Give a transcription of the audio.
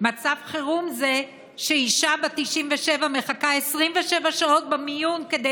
מצב חירום זה שאישה בת 97 מחכה 27 שעות במיון כדי